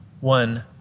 one